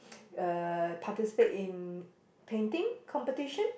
uh participate in painting competition